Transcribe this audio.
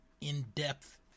in-depth